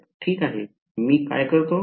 ठीक आहे मी काय करतो